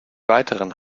weiteren